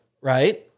right